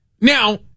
Now